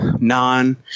non